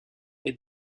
est